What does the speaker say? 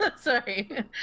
Sorry